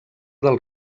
del